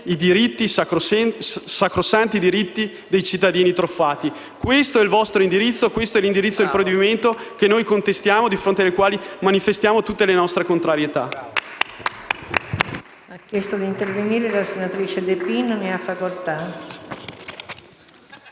diritti dei cittadini truffati. Questo è il vostro indirizzo e questo è l'indirizzo del provvedimento, che noi contestiamo e di fronte al quale manifestiamo tutta la nostra contrarietà.